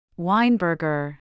Weinberger